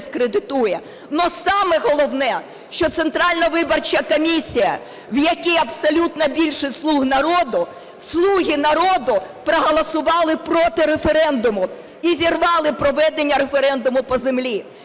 Але саме головне, що Центральна виборча комісія, в якій абсолютна більшість "слуг народу", "слуги народу" проголосували проти референдуму і зірвали проведення референдуму по землі.